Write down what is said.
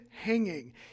hanging